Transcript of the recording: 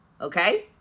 Okay